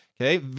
Okay